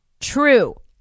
true